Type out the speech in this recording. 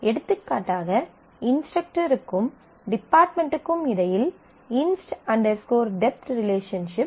எடுத்துக்காட்டாக இன்ஸ்டரக்டருக்கும் டிபார்ட்மென்ட்க்கும் இடையில் inst dept inst dept relationship